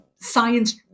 science